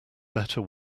better